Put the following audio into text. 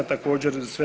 Također sve